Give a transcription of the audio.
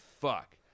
fuck